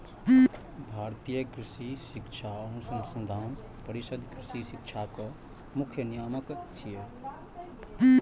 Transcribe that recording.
भारतीय कृषि शिक्षा अनुसंधान परिषद कृषि शिक्षाक मुख्य नियामक छियै